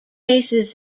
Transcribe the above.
cases